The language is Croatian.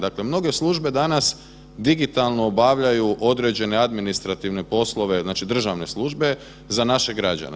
Dakle, mnoge službe danas digitalno obavljaju određene administrativne poslove, znači državne službe, za naše građane.